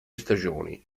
stagioni